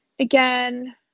again